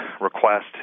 request